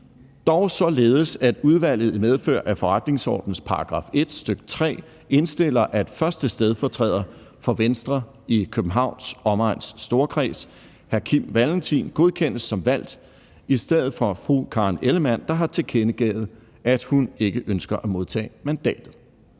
dog således at udvalget i medfør af forretningsordenens § 1, stk. 3, indstiller, at 1. stedfortræder for Venstre i Københavns Omegns Storkreds, hr. Kim Valentin, godkendes som valgt i stedet for fru Karen Ellemann, der har tilkendegivet, at hun ikke ønsker at modtage mandatet.